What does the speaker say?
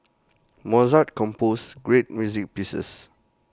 Mozart composed great music pieces